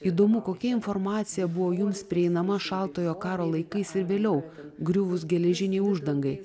įdomu kokia informacija buvo jums prieinama šaltojo karo laikais ir vėliau griuvus geležinei uždangai